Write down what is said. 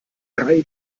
drei